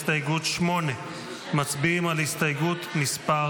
הסתייגות 8. מצביעים על הסתייגות מס'